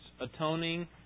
atoning